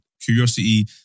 curiosity